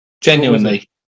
Genuinely